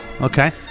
Okay